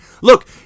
look